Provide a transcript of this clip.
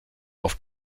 auf